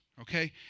okay